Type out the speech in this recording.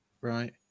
Right